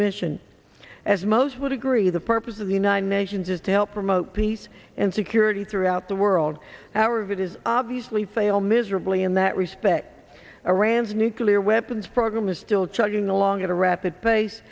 mission as most would agree the purpose of the united nations is to help promote peace and security throughout the world our of it is obviously fail miserably in that respect iran's nuclear weapons program is charging along at a rapid pace